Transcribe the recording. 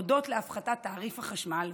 הודות להפחתת תעריף החשמל,